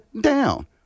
down